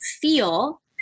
feel